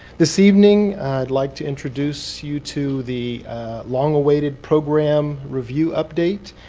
this evening i'd like to introduce you to the long-awaited program review update,